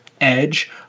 edge